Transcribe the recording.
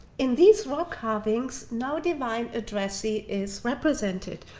in these rock carvings, no divine addressee is represented,